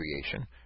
creation